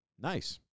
Nice